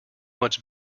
much